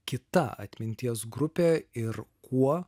kita atminties grupė ir kuo